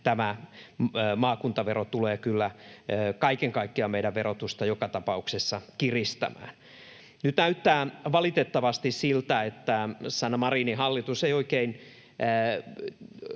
tämä maakuntavero tulee kyllä kaiken kaikkiaan meidän verotusta joka tapauksessa kiristämään. Nyt näyttää valitettavasti siltä, että Sanna Marinin hallitus ei oikein